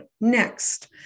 next